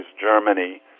Germany